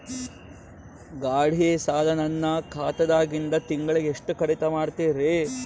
ಗಾಢಿ ಸಾಲ ನನ್ನ ಖಾತಾದಾಗಿಂದ ತಿಂಗಳಿಗೆ ಎಷ್ಟು ಕಡಿತ ಮಾಡ್ತಿರಿ?